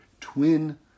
twin